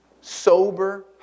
sober